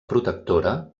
protectora